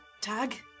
tag